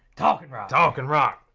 talking rock! talking rock!